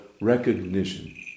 recognition